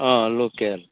अ लकेल